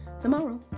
tomorrow